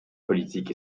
politique